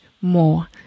more